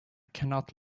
cannot